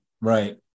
Right